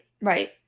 right